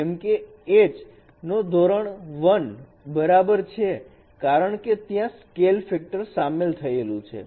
જેમકે h નો ધોરણ 1 બરાબર છે કારણકે ત્યાં સ્કેલ ફેક્ટર સામેલ થયેલું છે